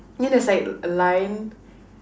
ya there's like a line